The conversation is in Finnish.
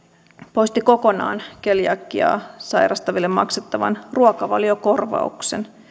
poisti kokonaan keliakiaa sairastaville maksettavan ruokavaliokorvauksen